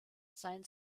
sein